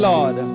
Lord